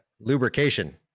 Lubrication